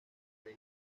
rey